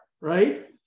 right